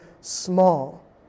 small